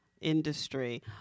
industry